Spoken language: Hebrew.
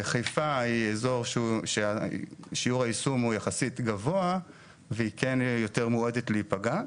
חיפה היא אזור ששיעור היישום הוא יחסית גבוה והיא כן יותר מועדת להיפגע.